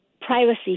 privacy